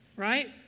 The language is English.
Right